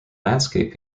landscape